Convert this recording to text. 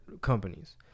companies